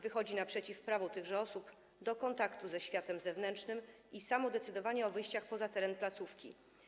Wychodzi naprzeciw prawu tychże osób do kontaktu ze światem zewnętrznym i samodecydowania o wyjściach poza teren placówki.